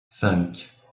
cinq